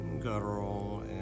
guttural